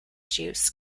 juice